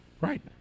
Right